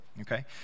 okay